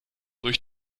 durch